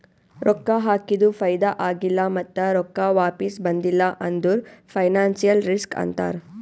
ರೊಕ್ಕಾ ಹಾಕಿದು ಫೈದಾ ಆಗಿಲ್ಲ ಮತ್ತ ರೊಕ್ಕಾ ವಾಪಿಸ್ ಬಂದಿಲ್ಲ ಅಂದುರ್ ಫೈನಾನ್ಸಿಯಲ್ ರಿಸ್ಕ್ ಅಂತಾರ್